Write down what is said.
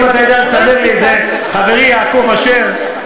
אם אתה יודע לסדר לי את זה, חברי יעקב אשר,